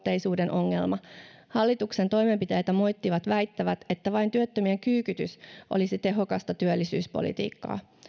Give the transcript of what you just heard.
ongelma hallituksen toimenpiteitä moittivat väittävät että vain työttömien kyykytys olisi tehokasta työllisyyspolitiikkaa